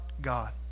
God